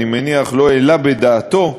לא העלה בדעתו,